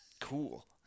Cool